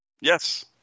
Yes